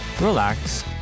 relax